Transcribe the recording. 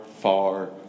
far